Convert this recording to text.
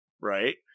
Right